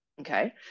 okay